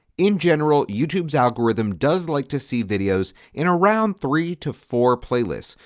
in general, youtube's algorithm does like to see videos in around three to four playlists,